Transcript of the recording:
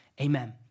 Amen